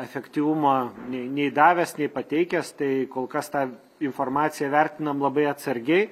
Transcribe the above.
efektyvumo nei nei davęs nei pateikęs tai kol kas tą informaciją vertinam labai atsargiai